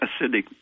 acidic